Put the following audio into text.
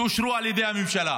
שאושרו על ידי הממשלה,